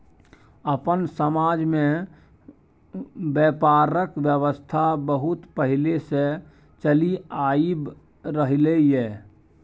अपन समाज में ब्यापारक व्यवस्था बहुत पहले से चलि आइब रहले ये